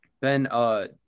Ben